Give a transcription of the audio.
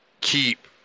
keep